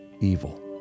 evil